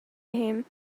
him